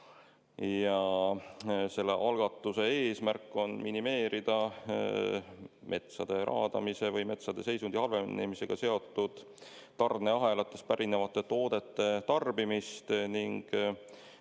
Selle algatuse eesmärk on minimeerida metsade raadamise ja metsade seisundi halvenemisega seotud tarneahelatest pärinevate toodete tarbimist ning